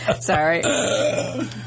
Sorry